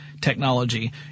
technology